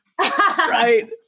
Right